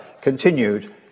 continued